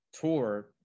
tour